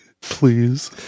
Please